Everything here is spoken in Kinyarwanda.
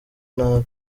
nabi